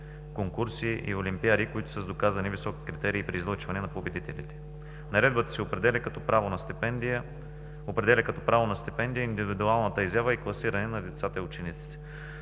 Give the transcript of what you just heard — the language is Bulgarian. конкурси и олимпиади, които са с доказани високи критерии при излъчване на победителите. Наредбата определя като право на стипендия индивидуалната изява и класиране на децата и учениците.